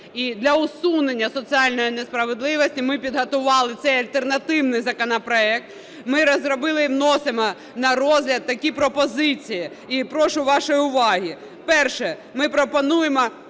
І для усунення соціальної несправедливості ми підготували цей альтернативний законопроект. Ми розробили і вносимо на розгляд такі пропозиції. І прошу вашої уваги. Перше. Ми пропонуємо